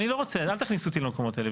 אל תכניסו אותי למקומות האלה.